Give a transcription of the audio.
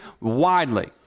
widely